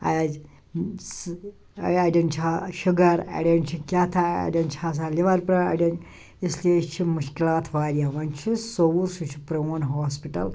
کیٛازِ اَڑیٚن چھُ ٲں شُگر اَڑیٚن چھُ کیٚتھانۍ اَڑیٚن چھِ آسان لِوَر پرٛا اَڑیٚن اسلیے چھِ مُشکِلات واریاہ وۄنۍ چھُ سوٚوُر سُہ چھُ پرٛون ہاسپِٹَل